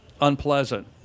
unpleasant